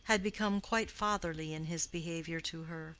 had become quite fatherly in his behavior to her,